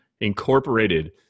Incorporated